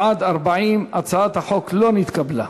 בעד, 40. הצעת החוק לא נתקבלה.